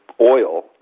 oil